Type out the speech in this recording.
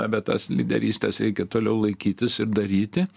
na bet tas lyderystės reikia toliau laikytis ir daryti